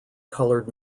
colored